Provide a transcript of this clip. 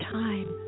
time